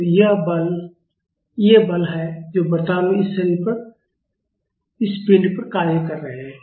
तो ये बल हैं जो वर्तमान में इस शरीर पर कार्य कर रहे हैं